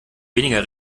weniger